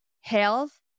health